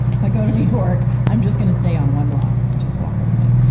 if i go to new york, i'm just gonna stay on one block and just walk around it.